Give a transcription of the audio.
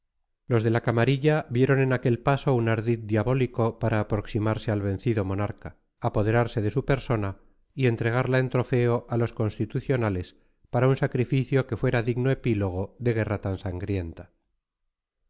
los de la camarilla vieron en aquel paso un ardid diabólico para aproximarse al vencido monarca apoderarse de su persona y entregarla en trofeo a los constitucionales para un sacrificio que fuera digno epílogo de guerra tan sangrienta